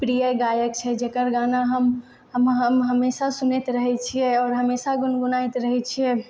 प्रिय गायक छै जकर गाना हम हम हमेशा सुनैत रहैत छियै आओर हमेशा गुनगुनाबैत रहैत छियै